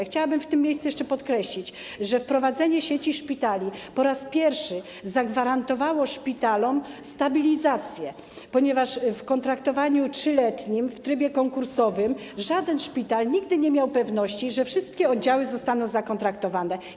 Chciałabym w tym miejscu podkreślić, że wprowadzenie sieci szpitali po raz pierwszy zagwarantowało szpitalom stabilizację, ponieważ w procedurze kontraktowania 3-letniego w trybie konkursowym żaden szpital nigdy nie miał pewności, czy świadczenia wszystkich oddziałów zostaną zakontraktowane.